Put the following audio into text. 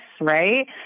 right